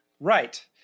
Right